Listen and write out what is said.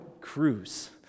cruise